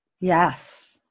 yes